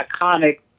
iconic